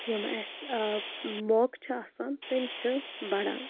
یِم اَسہِ موقعہٕ چھِ آسان تِم چھِ بَڑان